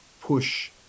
push